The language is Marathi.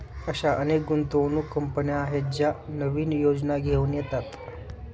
अशा अनेक गुंतवणूक कंपन्या आहेत ज्या नवीन योजना घेऊन येतात